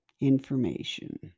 information